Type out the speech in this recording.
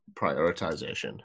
prioritization